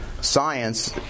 science